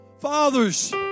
fathers